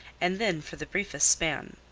and then for the briefest span.